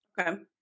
Okay